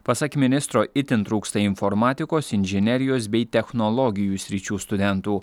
pasak ministro itin trūksta informatikos inžinerijos bei technologijų sričių studentų